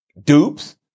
dupes